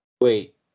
wait